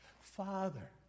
Father